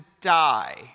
die